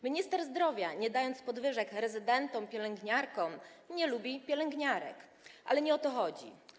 Minister zdrowia, nie dając podwyżek rezydentom, pielęgniarkom, nie lubi pielęgniarek, ale nie o to chodzi.